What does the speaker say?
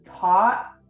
taught